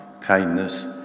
kindness